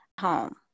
home